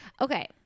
Okay